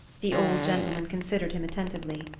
the old gentleman considered him attentively.